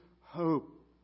hope